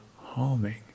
harming